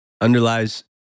underlies